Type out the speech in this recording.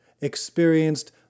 experienced